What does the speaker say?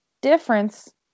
difference